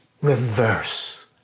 Reverse